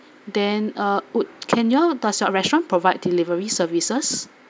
then uh would can you all does your restaurant provide delivery services